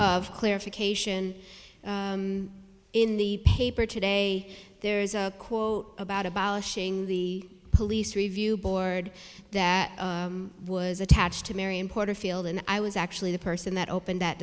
of clarification in the paper today there is a quote about abolishing the police review board that was attached to marion porterfield and i was actually the person that opened that